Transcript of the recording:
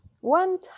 One